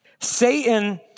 Satan